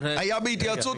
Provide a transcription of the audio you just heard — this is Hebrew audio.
היה בהתייעצות,